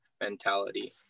mentality